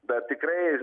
bet tikrai